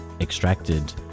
extracted